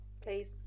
please